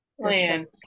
Plan